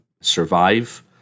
survive